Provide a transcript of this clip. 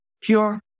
pure